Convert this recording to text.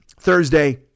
Thursday